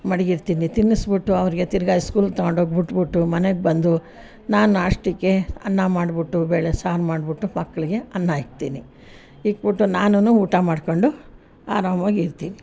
ಮಡಿಗಿರ್ತೀನಿ ತಿನ್ನಿಸಿಬಿಟ್ಟು ಅವರಿಗೆ ತಿರಗ ಸ್ಕೂಲ್ ತಗೊಂಡೋಗಿ ಬಿಟ್ಬುಟ್ಟು ಮನೆಗೆ ಬಂದು ನಾನು ನಾಷ್ಟಕ್ಕೆ ಅನ್ನ ಮಾಡಿಬಿಟ್ಟು ಬೇಳೆ ಸಾರು ಮಾಡಿಬಿಟ್ಟು ಮಕ್ಕಳಿಗೆ ಅನ್ನ ಇಕ್ಕುತ್ತೀನಿ ಇಕ್ಕಿಬಿಟ್ಟು ನಾನು ಊಟ ಮಾಡಿಕೊಂಡು ಆರಾಮ್ವಾಗಿ ಇರ್ತೀನಿ